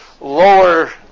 lower